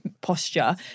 posture